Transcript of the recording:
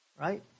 right